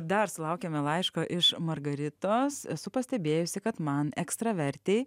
dar sulaukėme laiško iš margaritos esu pastebėjusi kad man ekstravertei